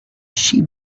she